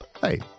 Hey